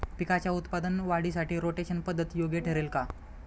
पिकाच्या उत्पादन वाढीसाठी रोटेशन पद्धत योग्य ठरेल का?